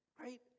right